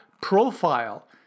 profile